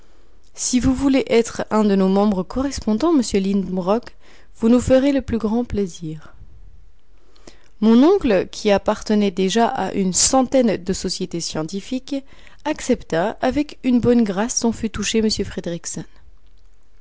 si vous voulez être un de nos membres correspondants monsieur lidenbrock vous nous ferez le plus grand plaisir mon oncle qui appartenait déjà à une centaine de sociétés scientifiques accepta avec une bonne grâce dont fut touché m fridriksson